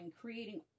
creating